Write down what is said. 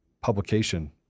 publication